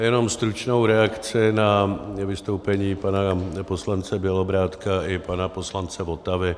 Jenom stručnou reakci na vystoupení pana poslance Bělobrádka i pana poslance Votavy.